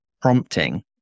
prompting